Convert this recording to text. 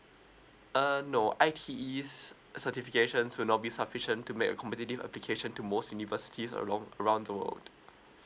uh no I_T_E certification will not be sufficient to make competitive application to most universities along around the world